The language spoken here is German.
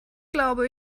glaube